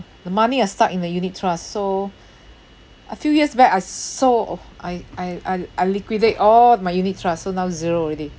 the money are stuck in the unit trusts so a few years back I s~ sold off I I I I liquidate all my unit trusts so now zero already